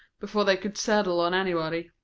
before they could settle on anybody.